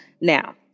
Now